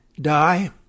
die